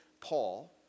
Paul